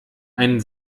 einen